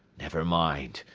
never mind,